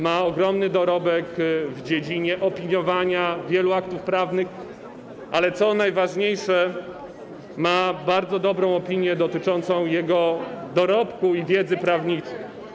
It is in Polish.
Ma ogromny dorobek w dziedzinie opiniowania wielu aktów prawnych, ale co najważniejsze, ma bardzo dobrą opinię dotyczącą jego dorobku i wiedzy prawniczej.